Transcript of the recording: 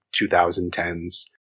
2010s